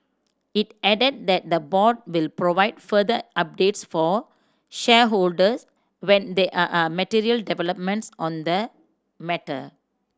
it added that the board will provide further updates for shareholders when there are material developments on the matter